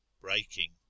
breaking